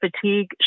fatigue